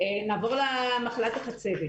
נעבור למחלת החצבת.